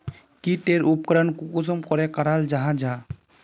की टेर उपकरण कुंसम करे कराल जाहा जाहा?